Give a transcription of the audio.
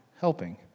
helping